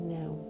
now